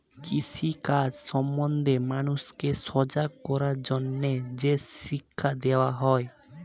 কৃষি কাজ সম্বন্ধে মানুষকে সজাগ করার জন্যে যে শিক্ষা দেওয়া হয়